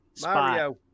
Mario